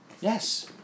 yes